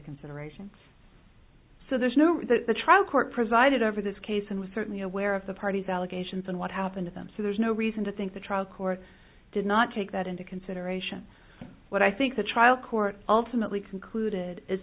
consideration so there's no way that the trial court presided over this case and was certainly aware of the parties allegations and what happened to them so there's no reason to think the trial court did not take that into consideration what i think the trial court ultimately concluded is